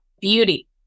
beauty